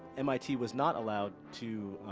mit was not allowed to